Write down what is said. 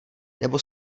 nebo